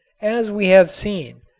as we have seen,